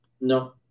No